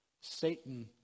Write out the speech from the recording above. Satan